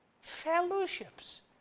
fellowships